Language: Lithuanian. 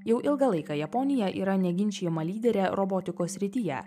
jau ilgą laiką japonija yra neginčijama lyderė robotikos srityje